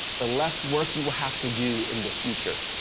the less work you will have to do in the future.